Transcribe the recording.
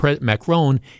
Macron